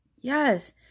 yes